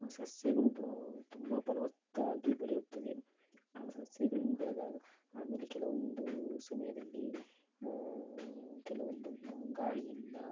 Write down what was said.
ಸಸ್ಯಗಳು ಬ ತುಂಬ ಫಲವತ್ತಾಗಿ ಬೆಳೆಯುತ್ತದೆ ಆ ಸಸ್ಯಗಳು ಬೆಳೆದಾಗ ಆಮೇಲೆ ಕೆಲವೊಂದು ಸಮಯದಲ್ಲಿ ಕೆಲವೊಂದು ಗಾಳಿಯಿಂದ